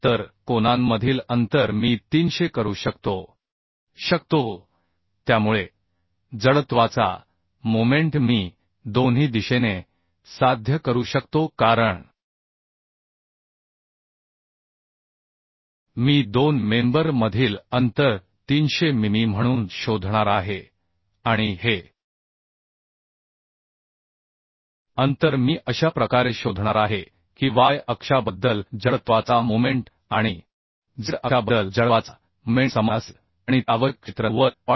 तर कोनांमधील अंतर मी 300 करू शकतो त्यामुळे जडत्वाचा मोमेंट मी दोन्ही दिशेने साध्य करू शकतो कारण मी दोन मेंबर मधील अंतर 300 मिमी म्हणून शोधणार आहे आणि हे अंतर मी अशा प्रकारे शोधणार आहे की y अक्षाबद्दल जडत्वाचा मोमेंट आणि z अक्षाबद्दल जडत्वाचा मोमेंट समान असेल आणि ते आवश्यक क्षेत्र 90